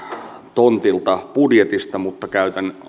tontilta budjetista mutta käytän